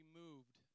moved